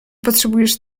potrzebujesz